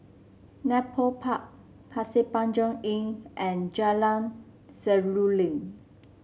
Nepal Park Pasir Panjang Inn and Jalan Seruling